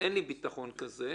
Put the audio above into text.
אין לי ביטחון כזה,